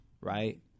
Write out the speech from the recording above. right